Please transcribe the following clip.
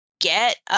get